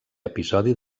episodi